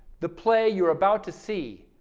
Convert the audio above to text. the play you are about to see,